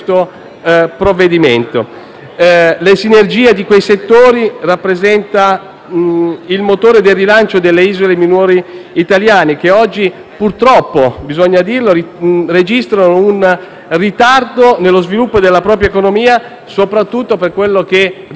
Le sinergie di quei settori rappresentano il motore del rilancio delle isole minori italiane che, purtroppo, oggi - bisogna dirlo - registrano un ritardo nello sviluppo della propria economia, soprattutto per quello che riguarda la chiave sostenibile.